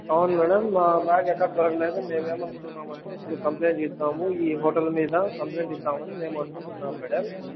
అవును మ్యాడం మా బ్యాగ్ ఎక్కడా దొరకలేదు మేమేమనుకుంటున్నామంటే ఇప్పుడు కంప్లైంట్ ఇద్దాము ఈ హోటల్ మీద కంప్లైంట్ ఇద్దాము అని మేము అనుకుంటున్నాము మ్యాడం